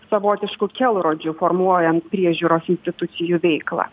savotišku kelrodžiu formuojant priežiūros institucijų veiklą